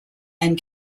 and